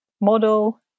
model